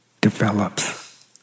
develops